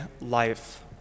life